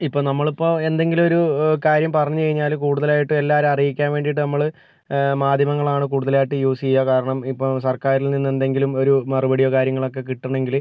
ഇപ്പോൾ നമ്മളിപ്പോൾ എന്തെങ്കിലുമൊരു കാര്യം പറഞ്ഞു കഴിഞ്ഞാല് കൂടുതലായിട്ടും എല്ലാവരേയും അറിയിക്കാൻ വേണ്ടിയിട്ട് നമ്മള് മാധ്യമങ്ങളാണ് കൂടുതലായിട്ടും യൂസെയ്യുക കാരണം ഇപ്പം സർക്കാരിൽ നിന്ന് എന്തെങ്കിലും ഒരു മറുപടിയോ കാര്യങ്ങളൊക്കെ കിട്ടണമെങ്കില്